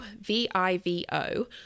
v-i-v-o